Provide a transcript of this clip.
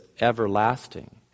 everlasting